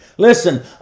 Listen